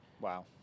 wow